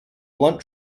blunt